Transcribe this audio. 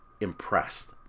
impressed